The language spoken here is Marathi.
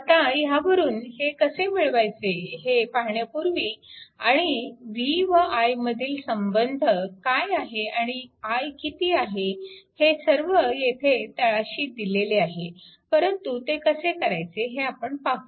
आता ह्यावरून हे कसे मिळवायचे हे पाहण्यापूर्वी आणि v व i मधील संबंध काय आणि i किती आहे हे सर्व येथे तळाशी दिलेले आहे परंतु ते कसे करायचे हे आपण पाहू